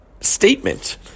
statement